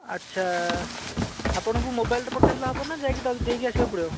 ଆଚ୍ଛା ଆପଣଙ୍କୁ ମୋବାଇଲ୍ରେ ପଠେଇଦେଲେ ହେବ ନା ଯାଇକି ଦେଇକି ଆସିବାକୁ ପଡ଼ିବ